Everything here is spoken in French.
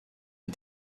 est